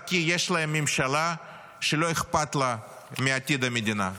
רק כי יש להם ממשלה שלא אכפת לה מעתיד המדינה.